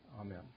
Amen